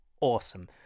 awesome